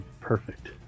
perfect